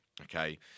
okay